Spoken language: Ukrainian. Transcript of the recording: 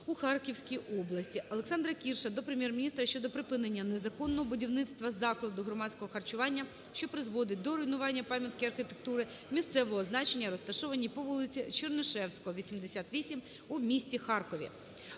у Харківській області. Олександра Кірша до Прем'єр-міністра щодо припинення незаконного будівництва закладу громадського харчування, що призводить до руйнування пам’ятки архітектури місцевого значення, розташованої по вулиці Чернишевського, 88 в місті Харкові.